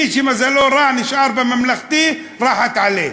מי שמזלו רע נשאר בממלכתי, הלך עליו.